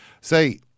say